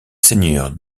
seigneur